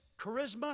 charisma